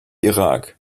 irak